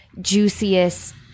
juiciest